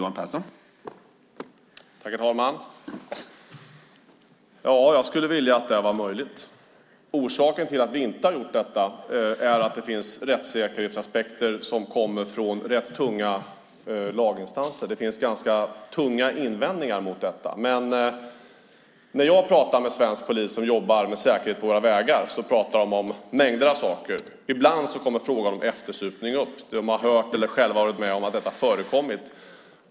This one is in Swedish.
Herr talman! Ja, jag skulle vilja att det var möjligt. Orsaken till att vi inte har kriminaliserat det är att det framförts rättssäkerhetsaspekter från rätt tunga laginstanser. Det finns ganska tunga invändningar mot detta. När jag pratar med svenska poliser som jobbar med säkerhet på våra vägar pratar de om mängder av saker. Ibland kommer frågan om eftersupning upp. De har hört eller själva varit med om att detta förekommit.